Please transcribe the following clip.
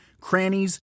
crannies